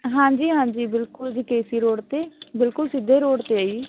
ਹਾਂਜੀ ਹਾਂਜੀ ਬਿਲਕੁਲ ਜੀ ਕੇ ਸੀ ਰੋਡ 'ਤੇ ਬਿਲਕੁਲ ਸਿੱਧੇ ਰੋਡ 'ਤੇ ਹੈ ਜੀ